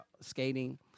skating